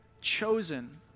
chosen